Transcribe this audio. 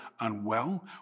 unwell